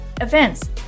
events